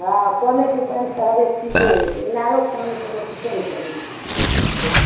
हँ कलेके पानिसँ हरेक चीजे होइत छै ईनारोके पानीसँ लोक किछु नहि करैत छै